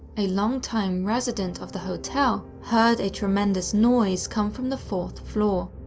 a long time resident of the hotel heard a tremendous noise come from the fourth floor.